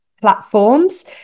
platforms